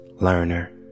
learner